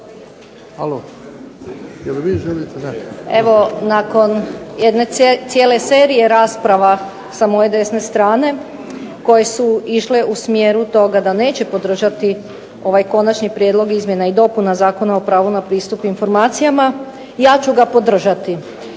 Evo nakon jedne cijele serije rasprava sa moje desne strane koje su išle u smjeru toga da neće podržati ovaj konačni prijedlog izmjena i dopuna Zakona o pravu na pristup informacijama ja ću ga podržati